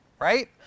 right